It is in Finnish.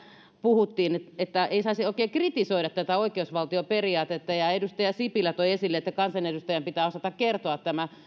puhuttiin että ei saisi oikein kritisoida tätä oikeusvaltioperiaatetta ja edustaja sipilä toi esille että kansanedustajan pitää osata kertoa tämä